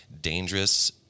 dangerous